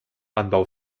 anbau